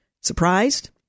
Surprised